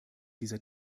dieser